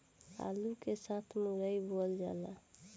आलू के साथ मुरई बोअल जाला